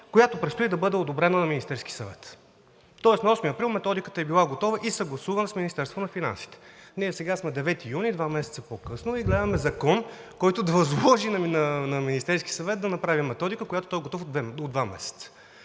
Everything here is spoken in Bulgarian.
която предстои да бъде одобрена от Министерския съвет. Тоест на 8 април методиката е била готова и съгласувана с Министерството на финансите. Сега е 9 юни – два месеца по-късно, и гледаме Закон, който да възложи на Министерския съвет да направи методика, която е готова от два месеца.